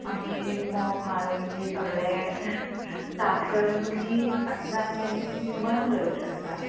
आनी मोप मारून बी सगळे साफ करून तुमी आपणा कॅन्टीन बंद करूंक शकता